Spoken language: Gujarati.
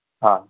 હા